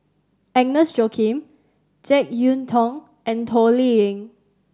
Agnes Joaquim Jek Yeun Thong and Toh Liying